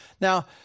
Now